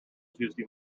tuesday